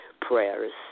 Prayers